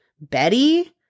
betty